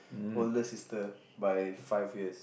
older sister by five years